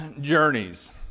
journeys